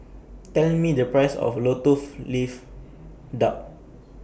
Tell Me The Price of Lotus of Leaf Duck